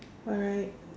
alright